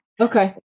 Okay